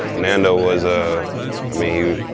nando was, ah i mean,